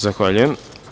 Zahvaljujem.